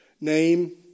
name